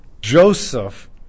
Joseph